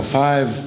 five